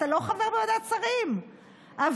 אתה לא חבר בוועדת שרים אבל